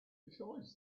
besides